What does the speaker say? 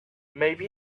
maybe